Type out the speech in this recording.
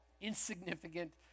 insignificant